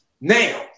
Now